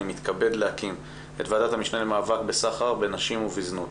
אני מתכבד להקים את ועדת המשנה למאבק בסחר בנשים ובזנות.